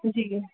जी